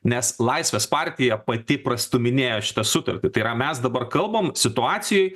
nes laisvės partija pati prastūminėjo šitą sutartį tai yra mes dabar kalbam situacijoj